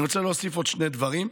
אני רוצה להוסיף עוד שני דברים: